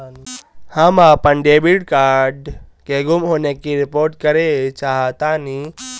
हम अपन debit card के गुम होने की रिपोर्ट करे चाहतानी